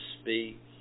speak